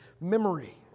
memory